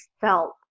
felt